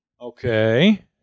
Okay